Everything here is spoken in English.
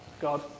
God